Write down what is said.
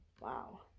Wow